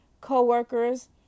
co-workers